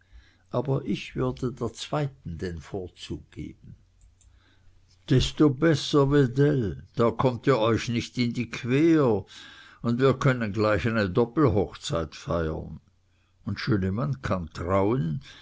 aber ich würde der zweiten den vorzug geben desto besser wedell da kommt ihr euch nicht in die quer und wir können gleich eine doppelhochzeit feiern und schönemann kann trauen